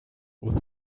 with